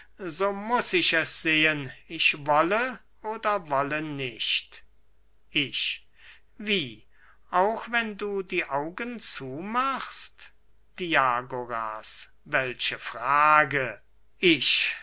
so muß ich es sehen ich wolle oder wolle nicht ich wie auch wenn du die augen zumachst diagoras welche frage ich